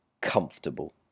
comfortable